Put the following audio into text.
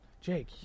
Jake